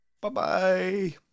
Bye-bye